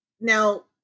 Now